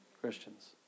Christians